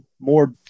more